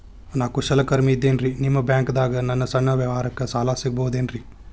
ನಾ ಕುಶಲಕರ್ಮಿ ಇದ್ದೇನ್ರಿ ನಿಮ್ಮ ಬ್ಯಾಂಕ್ ದಾಗ ನನ್ನ ಸಣ್ಣ ವ್ಯವಹಾರಕ್ಕ ಸಾಲ ಸಿಗಬಹುದೇನ್ರಿ?